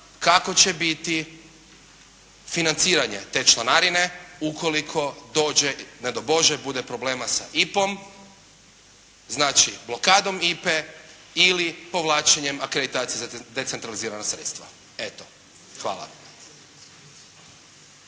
kako će biti financiranje te članarine ukoliko dođe, ne daj Bože bude problema sa IPA-om, znači blokadom IPA-e ili povlačenjem akreditacije za decentralizirana sredstva. Eto, hvala.